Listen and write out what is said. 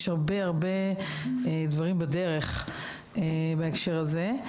יש הרבה דברים בדרך בהקשר הזה.